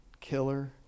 killer